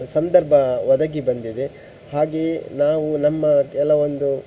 ಸಂದರ್ಭ ಒದಗಿ ಬಂದಿದೆ ಹಾಗೆಯೇ ನಾವು ನಮ್ಮ ಕೆಲವೊಂದು